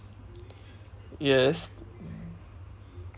yes